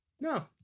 No